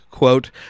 quote